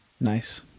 Nice